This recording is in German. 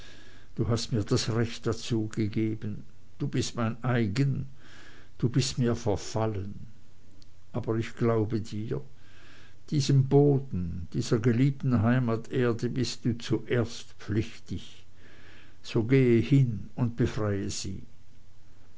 du hast mir das recht dazu gegeben du bist mein eigen du bist mir verfallen aber ich glaube dir diesem boden dieser geliebten heimaterde bist du zuerst pflichtig so gehe hin und befreie sie